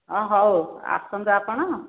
ଅ ହେଉ ଆସନ୍ତୁ ଆପଣ